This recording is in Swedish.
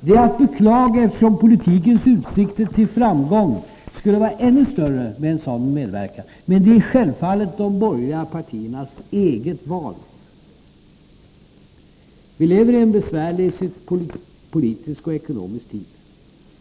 Det är att beklaga, eftersom politikens utsikter till framgång skulle vara ännu större med en sådan medverkan. Men det är självfallet de borgerliga partiernas eget val. Vilever i en besvärlig politisk och ekonomisk tid.